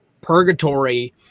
purgatory